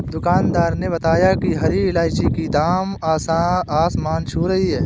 दुकानदार ने बताया कि हरी इलायची की दाम आसमान छू रही है